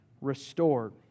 Restored